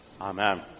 Amen